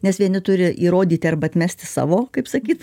nes vieni turi įrodyti arba atmesti savo kaip sakyt